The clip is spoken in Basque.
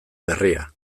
berria